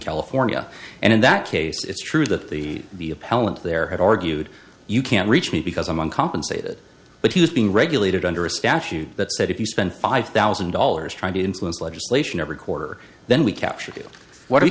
california and in that case it's true that the the appellant there had argued you can't reach me because i'm one compensated but he was being regulated under a statute that said if you spend five thousand dollars trying to influence legislation every quarter then we captured you what